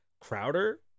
Crowder